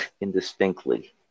indistinctly